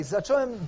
Zacząłem